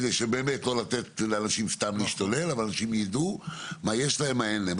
כדי שלא לתת לאנשים סתם להשתולל אבל אנשים ידעו מה יש להם ומה אין להם.